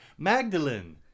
Magdalene